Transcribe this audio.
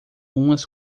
umas